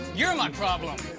you're my problem!